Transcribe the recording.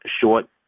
short